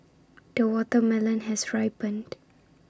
the watermelon has ripened